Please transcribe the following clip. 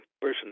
person